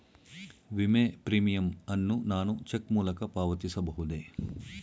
ವಿಮೆ ಪ್ರೀಮಿಯಂ ಅನ್ನು ನಾನು ಚೆಕ್ ಮೂಲಕ ಪಾವತಿಸಬಹುದೇ?